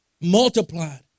multiplied